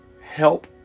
Help